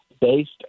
based